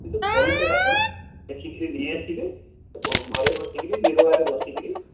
point ଗୁଡ଼ାକ ଲେଖିକରି ନେଇଆସିବେ ଏବଂ ଘରେ ବସିକରି ନିରୋଳାରେ ବସି କରି